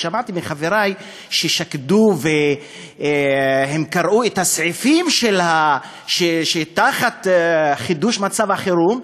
שמעתי מחברי ששקדו וקראו את הסעיפים שמצויים תחת חידוש מצב החירום,